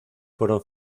fueron